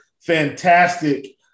fantastic